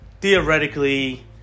theoretically